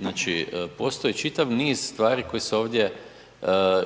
Znači, postoji čitav niz stvari koje se ovdje